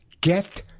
get